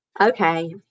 Okay